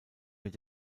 mit